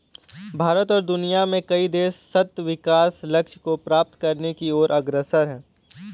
भारत और दुनिया में कई देश सतत् विकास लक्ष्य को प्राप्त करने की ओर अग्रसर है